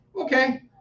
okay